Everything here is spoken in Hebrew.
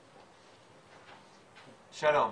שלום.